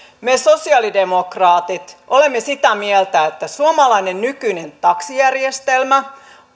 me sosiaalidemokraatit olemme sitä mieltä että suomalainen nykyinen taksijärjestelmä